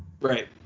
right